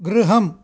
गृहम्